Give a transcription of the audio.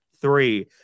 three